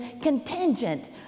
contingent